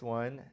one